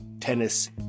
tennis